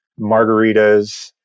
Margaritas